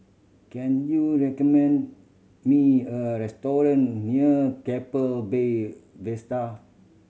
can you recommend me a restaurant near Keppel Bay Vista